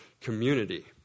community